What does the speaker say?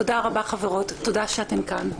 תודה רבה חברות, תודה שאתן כאן.